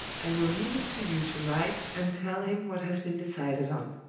i will leave it to you to write and tell him what has been decided on.